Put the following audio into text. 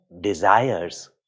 desires